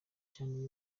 cyane